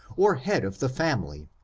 or head of the family,